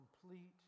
complete